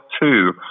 two